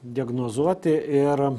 diagnozuoti ir